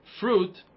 fruit